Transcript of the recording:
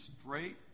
straight